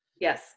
Yes